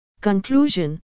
Conclusion